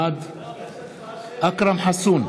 בעד אכרם חסון,